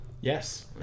Yes